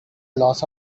loss